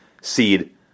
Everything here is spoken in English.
seed